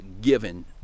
given